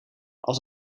als